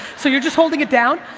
so, you're just holding it down,